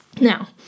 Now